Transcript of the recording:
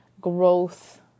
growth